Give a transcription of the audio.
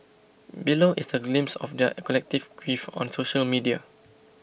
below is a glimpse of their collective grief on social media